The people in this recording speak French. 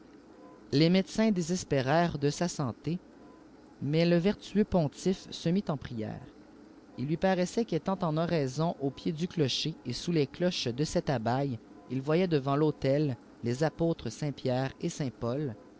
les médecins désespérèrent de sa santé mais le vertueux k ntife se mit en prières il lui paraissait qu'étant en oraison au ied du clocher et sous les cloches de cette abbaye il voyait devant autel les apôtres saint pierre et